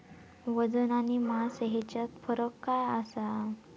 वजन आणि मास हेच्यात फरक काय आसा?